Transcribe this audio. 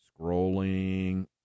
scrolling